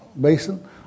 Basin